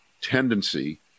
tendency